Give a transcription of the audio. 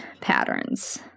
patterns